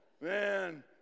Man